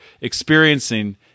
experiencing